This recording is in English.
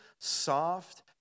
soft